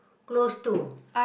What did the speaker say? close to